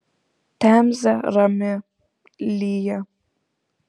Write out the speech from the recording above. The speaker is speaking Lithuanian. temzė rami lyja